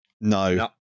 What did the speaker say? no